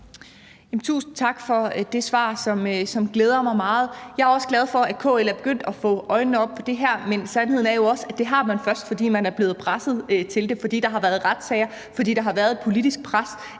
tusind tak for det svar, som glæder mig meget. Jeg er også glad for, at KL er begyndt at få øjnene op for det her, men sandheden er jo også, at det har man først fået, fordi man er blevet presset til det, fordi der har været retssager, og fordi der har været et politisk pres.